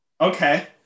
Okay